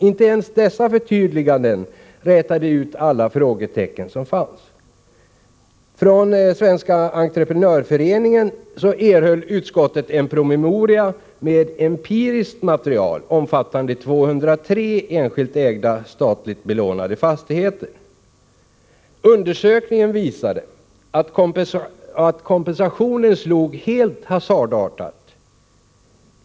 Inte ens dessa förtydliganden rätade ut alla frågetecken som fanns. moria med empiriskt material, omfattande 203 enskilt ägda statligt belånade fastigheter. Undersökningen visade att kompensationen slog helt hasardartat.